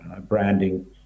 branding